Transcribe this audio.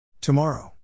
Tomorrow